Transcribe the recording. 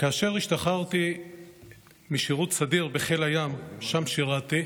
כאשר השתחררתי משירות סדיר בחיל הים, ששם שירתי,